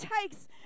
takes